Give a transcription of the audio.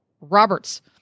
Roberts